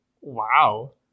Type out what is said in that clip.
Wow